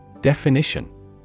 Definition